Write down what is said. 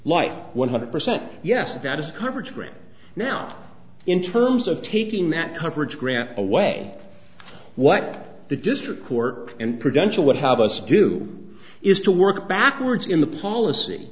life one hundred percent yes that is coverage right now in terms of taking that coverage grant away what the district court and prevention would have us do is to work backwards in the policy